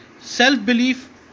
self-belief